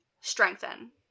strengthen